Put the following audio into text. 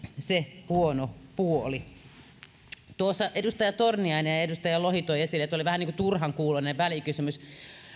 se huono puoli edustaja torniainen ja edustaja lohi toivat esille että oli vähän niin kuin turhan kuuloinen välikysymys